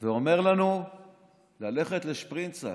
הוא אומר לנו ללכת לשפרינצק.